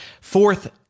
fourth